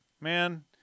man